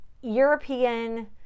European